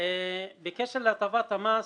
בקשר להטבת המס.